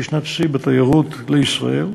כשנת שיא בתיירות לישראל,